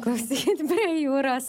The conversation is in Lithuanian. klausykit prie jūros